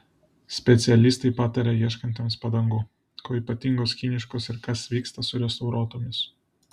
specialistai pataria ieškantiems padangų kuo ypatingos kiniškos ir kas vyksta su restauruotomis